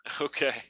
Okay